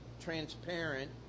transparent